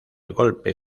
golpe